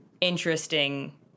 interesting